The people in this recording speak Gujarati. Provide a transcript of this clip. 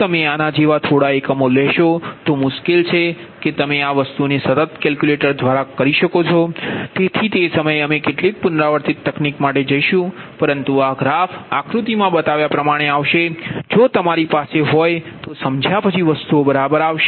જો તમે આના જેવા થોડા એકમો લેશો તો મુશ્કેલ છે કે તમે આ વસ્તુને સતત કેલ્ક્યુલેટર તરીકે જાણો છો તેથી તે સમયે અમે કેટલીક પુનરાવર્તિત તકનીક માટે જઈશું પરંતુ આ ગ્રાફ આક્રુતિ માં બતાવ્યા પ્રમાણે જો તમારી પાસે હોય તો સમજ્યા પછી વસ્તુઓ બરાબર છે